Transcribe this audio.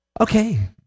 Okay